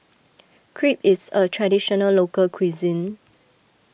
Crepe is a Traditional Local Cuisine